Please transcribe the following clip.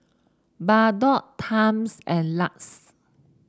Bardot Times and Lux